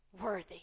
worthy